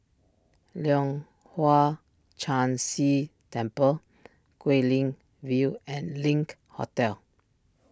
Leong Hwa Chan Si Temple Guilin View and Link Hotel